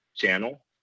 channel